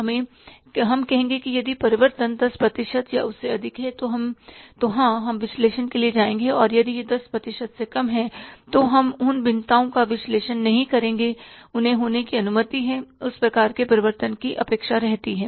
हम कहेंगे कि यदि परिवर्तन 10 प्रतिशत या उससे अधिक हैं तो हाँ हम विश्लेषण के लिए जाएंगे और यदि यह 10 प्रतिशत से कम है तो हम उन भिन्नताओं का विश्लेषण नहीं करेंगे उन्हें होने की अनुमति है उस प्रकार के परिवर्तन की अपेक्षा रहती है